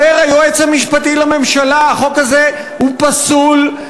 אומר היועץ המשפטי לממשלה: החוק הזה הוא פסול,